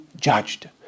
judged